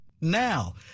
now